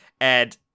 and-